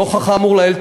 נוכח האמור לעיל,